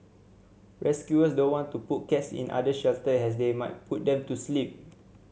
rescuers don't want to put cats in other shelters as they might put them to sleep